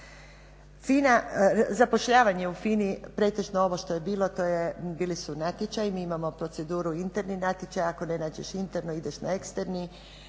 Zapošljavanje u FINA-i pretežno ovo što je bilo, bili su natječaji, mi imamo proceduru interni natječaj, ako ne nađeš interno ideš na eksterni,